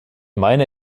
meine